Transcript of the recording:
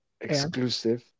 exclusive